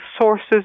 sources